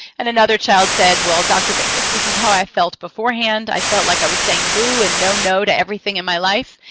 and another child said, well, dr. pincus, this is how i felt beforehand. i felt like i was saying boo and no no to everything in my life.